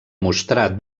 mostrar